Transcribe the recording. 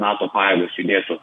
nato pajėgos judėtų